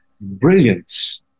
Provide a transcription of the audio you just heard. brilliance